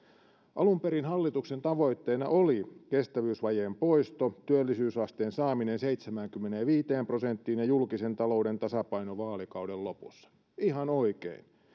alun perin hallituksen tavoitteena oli kestävyysvajeen poisto työllisyysasteen saaminen seitsemäänkymmeneenviiteen prosenttiin ja julkisen talouden tasapaino vaalikauden lopussa ihan oikein